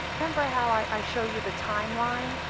remember how i show you the timeline?